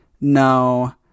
No